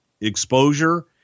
exposure